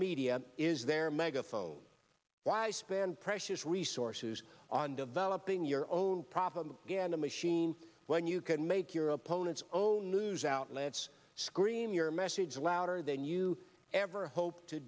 media is their megaphone why spend precious resources on developing your own problem get a machine when you can make your opponents own news outlets scream your message louder than you ever hope to